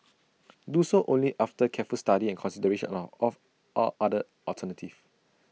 do so only after careful study and consideration are of all other alternatives